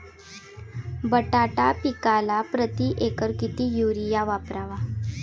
बटाटा पिकाला प्रती एकर किती युरिया वापरावा?